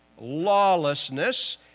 lawlessness